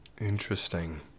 interesting